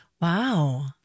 Wow